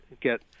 get –